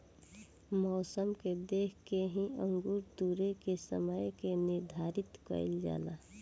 मौसम के देख के ही अंगूर तुरेके के समय के निर्धारित कईल जाला